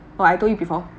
oh I told you before